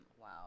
Wow